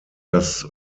das